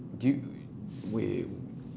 do you wait